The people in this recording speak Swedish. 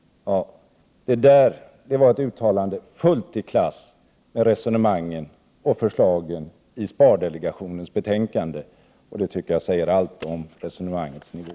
Det var ett uttalande fullt i klass med resonemangen och förslagen i spardelegationens betänkande. Det tycker jag säger allt om resonemangets nivå.